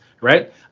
right